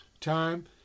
time